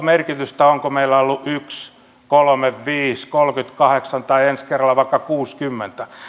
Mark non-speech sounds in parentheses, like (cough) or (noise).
(unintelligible) merkitystä onko meillä ollut yksi kolme viisi kolmekymmentäkahdeksan tai ensi kerralla vaikka kuudennessakymmenennessä